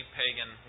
pagan